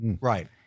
Right